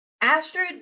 Astrid